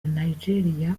nigeria